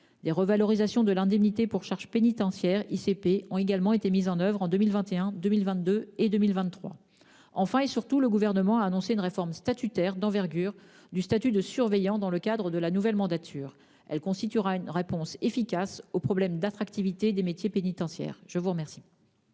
Des revalorisations de l'indemnité pour charges pénitentiaires (ICP) ont également été mises en oeuvre en 2021, en 2022 et en 2023. Enfin, et surtout, le Gouvernement a annoncé une réforme statutaire d'envergure du statut de surveillant dans le cadre de la nouvelle mandature. Elle constituera une réponse efficace au problème d'attractivité des métiers pénitentiaires. La parole